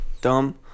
dumb